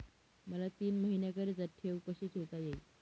मला तीन महिन्याकरिता ठेव कशी ठेवता येईल?